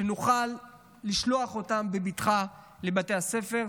שנוכל לשלוח אותם בבטחה לבתי הספר.